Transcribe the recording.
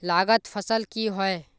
लागत फसल की होय?